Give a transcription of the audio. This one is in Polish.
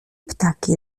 ptaki